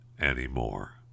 anymore